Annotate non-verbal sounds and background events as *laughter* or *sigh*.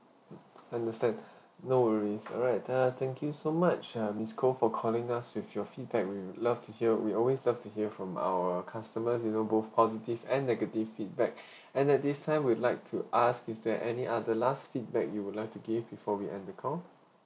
mm understand no worries alright uh thank you so much uh miss koh for calling us with your feedback we'd love to hear we always love to hear from our customers you know both positive and negative feedback *breath* and at this time we'd like to ask is there any other last feedback you would like to give before we end the call